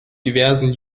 diversen